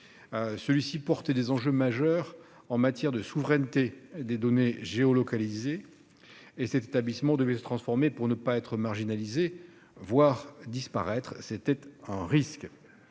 Celui-ci porte des enjeux majeurs en matière de souveraineté des données géolocalisées. Cet établissement devait se transformer pour ne pas être marginalisé ou risquer de disparaître. La trajectoire